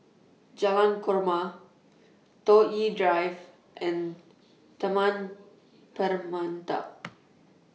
Jalan Korma Toh Yi Drive and Taman Permata